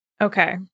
Okay